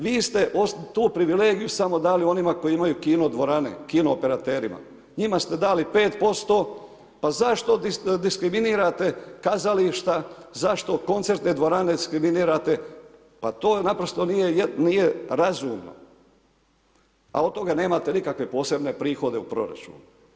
Vi ste tu privilegiju smo dali onima koji imaju kino dvorane, kino operaterima, njima ste dali 5%, pa zašto diskriminirate kazalište, zašto koncertne dvorane diskriminirate, pa to naprosto nije razumno, a od toga nemate nikakve posebne prihode u proračunu.